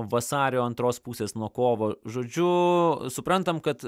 vasario antros pusės nuo kovo žodžiu suprantam kad